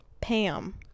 Pam